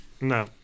No